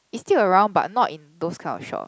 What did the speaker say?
is still around but not in those kind of shop